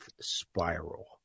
spiral